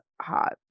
hot